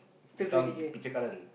become the picture current